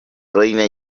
reina